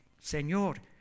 señor